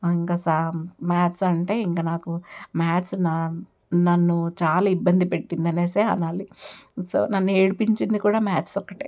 ఇంకా సా మ్యాథ్స్ అంటే ఇంకా నాకు మ్యాథ్స్ నా నన్ను చాలా ఇబ్బంది పెట్టింది అనేసే అనాలి సో నన్ను ఏడిపించింది కూడా మ్యాథ్స్ ఒకటే